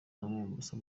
mombasa